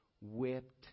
whipped